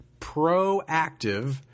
proactive